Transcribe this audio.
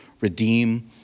redeem